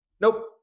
Nope